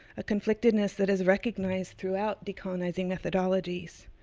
a conflictedness that is recognized throughout decolonizing methodologies,